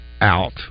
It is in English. out